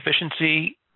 efficiency